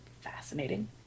fascinating